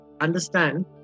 understand